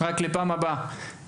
רק לפעם הבאה,